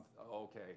okay